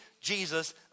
Jesus